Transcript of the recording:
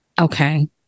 Okay